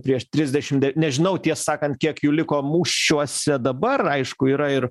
prieš trisdešim de nežinau tiesą sakant kiek jų liko mūšiuose dabar aišku yra ir